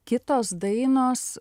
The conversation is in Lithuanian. kitos dainos